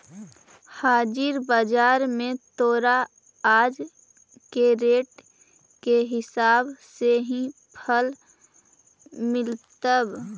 हाजिर बाजार में तोरा आज के रेट के हिसाब से ही फल मिलतवऽ